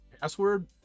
password